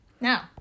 Now